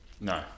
No